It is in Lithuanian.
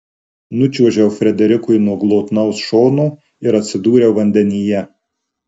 nučiuožiau frederikui nuo glotnaus šono ir atsidūriau vandenyje